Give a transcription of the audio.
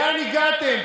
לאן הגעתם?